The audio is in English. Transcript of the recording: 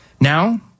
Now